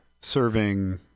serving